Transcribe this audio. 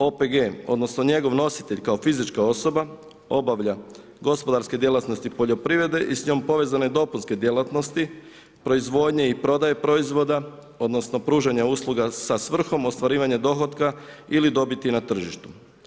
OPG odnosno njegov nositelj kao fizička osoba obavlja gospodarske djelatnosti poljoprivrede i s njom povezan dopunske djelatnosti, proizvodnje i prodaje proizvoda, odnosno pružanja usluga sa svrhom ostvarivanja dohotka ili dobiti na tržištu.